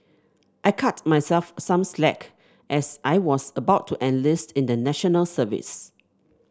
I cut myself some slack as I was about to enlist in National Service